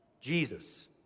Jesus